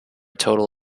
total